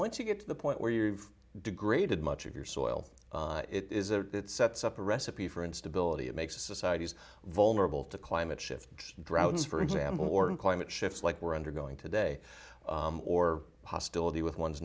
once you get to the point where you've degraded much of your soil it is a it sets up a recipe for instability it makes societies vulnerable to climate shifts droughts for example or in climate shifts like we're undergoing today or hostility with one